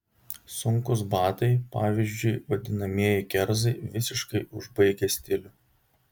sunkūs batai pavyzdžiui vadinamieji kerzai visiškai užbaigia stilių